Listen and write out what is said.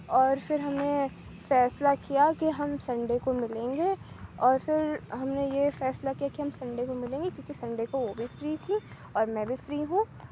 اور پھر ہم نے فیصلہ کیا کہ ہم سنڈے کو ملیں گے اور پھر ہم نے یہ فیصلہ کیا کہ ہم سنڈے کو ملیں گے کیونکہ سنڈے کو وہ بھی فری تھیں اور میں بھی فری ہوں